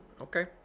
Okay